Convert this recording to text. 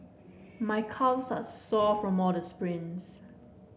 my calves are sore from all the sprints